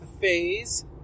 phase